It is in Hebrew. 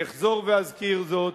ואחזור ואזכיר זאת,